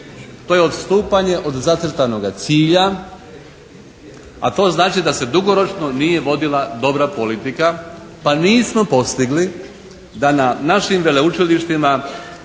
to je odstupanje od zacrtanoga cilja, a to znači da se dugoročno nije vodila dobra politika, pa nismo postigli da na našim veleučilištima